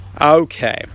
Okay